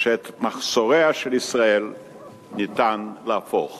שאת מחסוריה של ישראל ניתן להפוך